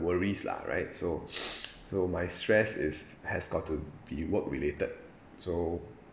worries lah right so so my stress is has got to be work-related so